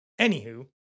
Anywho